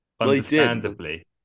Understandably